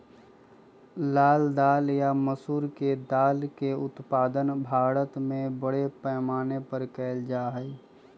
लाल दाल या मसूर के दाल के उत्पादन भारत में बड़े पैमाने पर कइल जा हई